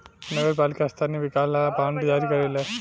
नगर पालिका स्थानीय विकास ला बांड जारी करेले